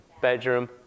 bedroom